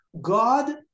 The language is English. God